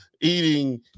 eating